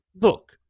Look